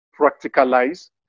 practicalize